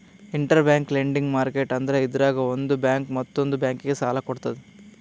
interbank lending market ಅಂದ್ರ ಇದ್ರಾಗ್ ಒಂದ್ ಬ್ಯಾಂಕ್ ಮತ್ತೊಂದ್ ಬ್ಯಾಂಕಿಗ್ ಸಾಲ ಕೊಡ್ತದ್